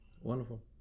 Wonderful